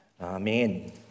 Amen